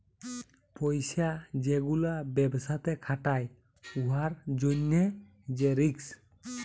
পইসা যে গুলা ব্যবসাতে খাটায় উয়ার জ্যনহে যে রিস্ক